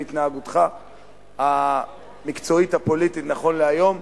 התנהגותך המקצועית-הפוליטית נכון להיום,